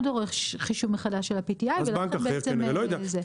מחזור בתוך הבנק אינו דורש חישוב מחדש של ה-PTI ולכן בעצם אין זה.